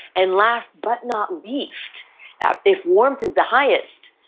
and last but not least if warmth is the highest,